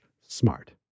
smart